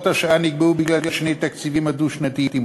השעה נקבעו בגלל שני התקציבים הדו-שנתיים.